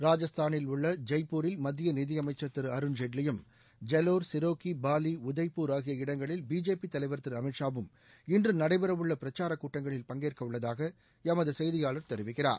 ராஜஸ்தானில் உள்ள ஜெய்ப்பூரில் மத்திய நிதியமைச்சர் திரு அருண்ஜேட்லியும் ஜவோர் சிரோகி பாலி உதய்பூர் ஆகிய இடங்களில் பிஜேபி தலைவர் திரு அமீத் ஷாவும் இன்று நடைபெறவுள்ள பிரச்சார கூட்டங்களில் பங்கேற்க உள்ளதாக எமது செய்தியாளர் தெரிவிக்கிறார்